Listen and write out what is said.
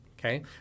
Okay